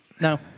No